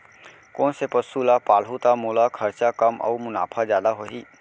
कोन से पसु ला पालहूँ त मोला खरचा कम अऊ मुनाफा जादा होही?